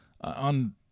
on